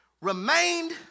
remained